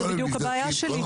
זו בדיוק הבעיה שלי.